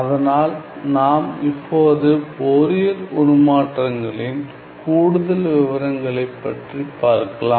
அதனால் நாம் இப்போது ஃபோரியர் உருமாற்றங்களின் கூடுதல் விவரங்களை பற்றி பார்க்கலாம்